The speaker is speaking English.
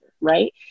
Right